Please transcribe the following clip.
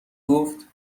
گفت